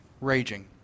raging